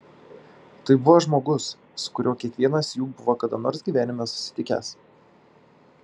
tai buvo žmogus su kuriuo kiekvienas jų buvo kada nors gyvenime susitikęs